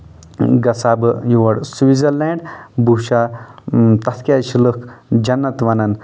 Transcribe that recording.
گژھہ ہا بہٕ یور سوٹزرلینڈ بہٕ وُچھ ہا تَتھ کیٚازِ چھِ لُکھ جنت ونان